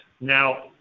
Now